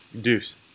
Deuce